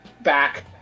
back